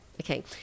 Okay